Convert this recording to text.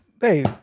Hey